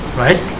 right